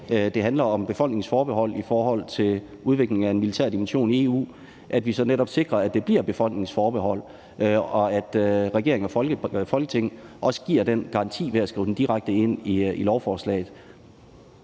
det handler om befolkningens forbehold over for udviklingen af en militær dimension i EU, så netop sikrer, at befolkningens forbehold bliver respekteret, og at regeringen og Folketinget også giver den garanti ved at skrive det direkte ind i lovforslaget.